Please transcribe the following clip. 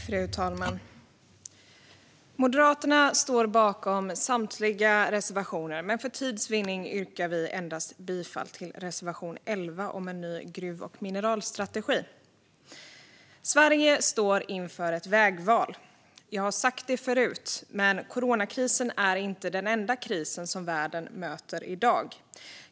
Fru talman! Moderaterna står bakom samtliga reservationer, men för tids vinnande yrkar vi bifall endast till reservation 11 om en ny gruv och mineralstrategi. Sverige står inför ett vägval. Jag har sagt det förut, men coronakrisen är inte den enda krisen som världen möter i dag.